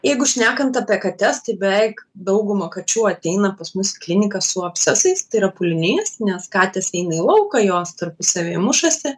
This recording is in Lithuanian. jeigu šnekant apie kates tai beveik dauguma kačių ateina pas mus į kliniką su abscesais tai yra pūlinys nes katės eina į lauką jos tarpusavyje mušasi